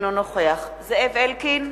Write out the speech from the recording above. אינו נוכח זאב אלקין,